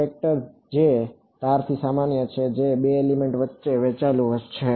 એક વેક્ટર જે ધારથી સામાન્ય છે જે 2 એલિમેન્ટ વચ્ચે વહેંચાયેલું છે